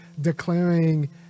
declaring